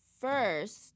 first